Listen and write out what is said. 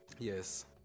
Yes